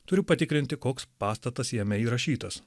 turiu patikrinti koks pastatas jame įrašytas